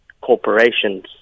corporations